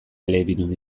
elebidun